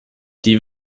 die